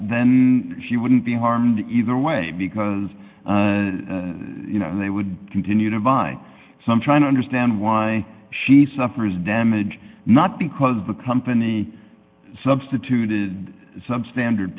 then she wouldn't be harmed either way because you know they would continue to vie some trying to understand why she suffers damage not because the company substituted substandard